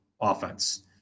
offense